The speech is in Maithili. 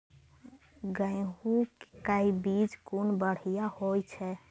गैहू कै बीज कुन बढ़िया होय छै?